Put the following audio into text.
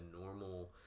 normal